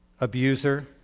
Abuser